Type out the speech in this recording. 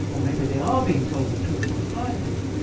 or maybe they are being told the truth by scientists,